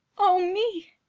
o me!